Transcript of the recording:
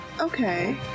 Okay